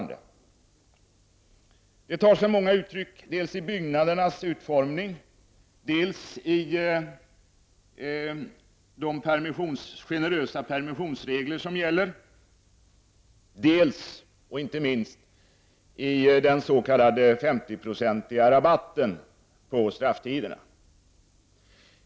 Det tar sig många uttryck, dels i byggnadernas utformning, dels i de generösa permissionsregler som gäller, dels, och inte minst, i den s.k. 50-procentiga rabatten på strafftiderna.